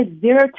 zero